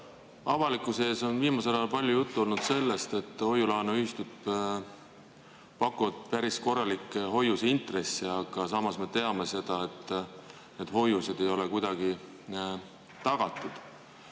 Avalikkuse ees on viimasel ajal palju juttu olnud sellest, et hoiu-laenuühistud pakuvad päris korralikke hoiuseintresse, aga samas me teame seda, et hoiused ei ole kuidagi tagatud.